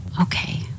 Okay